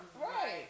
Right